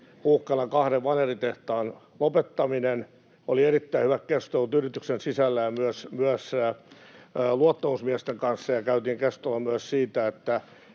uhkana kahden vaneritehtaan lopettaminen. Oli erittäin hyvät keskustelut yrityksen sisällä ja myös luottamusmiesten kanssa, ja käytiin keskustelua myös siitä, miten